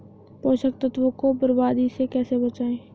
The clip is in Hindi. पोषक तत्वों को बर्बादी से कैसे बचाएं?